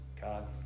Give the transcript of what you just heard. God